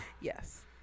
Yes